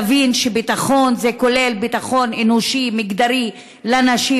תבין שביטחון זה כולל ביטחון אנושי מגדרי לנשים,